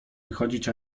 wychodzić